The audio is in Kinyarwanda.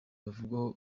bavugwaho